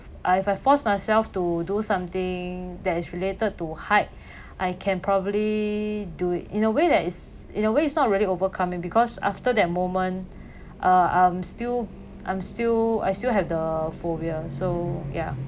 I've I force myself to do something that is related to height I can probably do it in a way that is in a way it's not really overcoming because after that moment uh I'm still I'm still I still have the phobia so ya